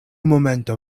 momento